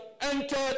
entered